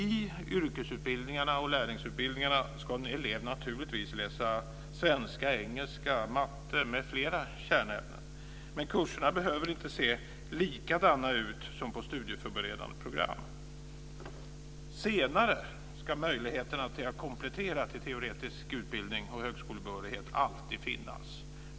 I yrkesutbildningarna och lärlingsutbildningarna ska en elev naturligtvis läsa svenska, engelska, matematik m.fl. kärnämnen, men kurserna behöver inte se likadana ut som på studieförberedande program. Senare ska möjligheten att komplettera till teoretisk utbildning och högskolebehörighet alltid finnas.